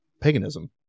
paganism